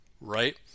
right